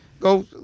Go